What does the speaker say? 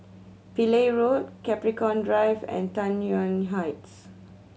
Pillai Road Capricorn Drive and Tai Yuan Heights